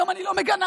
היום אני לא מגנה.